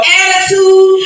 attitude